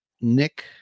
Nick